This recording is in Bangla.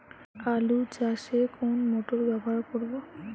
আলু চাষে কোন মোটর ব্যবহার করব?